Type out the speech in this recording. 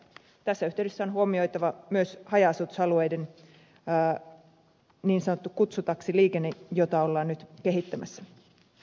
tässä yhteydessä on huomioitava myös haja asutusalueiden niin sanottu kutsutaksiliikenne jota ollaan nyt kehittämässä